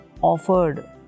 offered